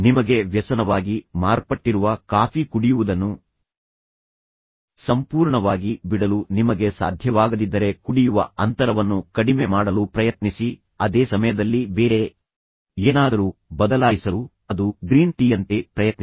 ನಿಮಗೆ ವ್ಯಸನವಾಗಿ ಮಾರ್ಪಟ್ಟಿರುವ ಕಾಫಿ ಕುಡಿಯುವುದನ್ನು ಸಂಪೂರ್ಣವಾಗಿ ಬಿಡಲು ನಿಮಗೆ ಸಾಧ್ಯವಾಗದಿದ್ದರೆ ಕುಡಿಯುವ ಅಂತರವನ್ನು ಕಡಿಮೆ ಮಾಡಲು ಪ್ರಯತ್ನಿಸಿ ಅದೇ ಸಮಯದಲ್ಲಿ ಬೇರೆ ಏನಾದರು ಬದಲಾಯಿಸಲು ಅದು ಗ್ರೀನ್ ಟೀಯಂತೆ ಪ್ರಯತ್ನಿಸಿ